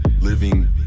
living